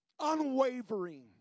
unwavering